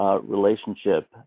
Relationship